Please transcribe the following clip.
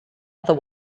other